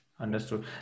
understood